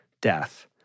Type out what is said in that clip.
death